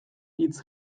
hitz